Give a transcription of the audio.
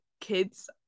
kids